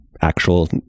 actual